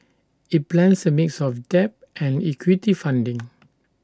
IT plans A mix of debt and equity funding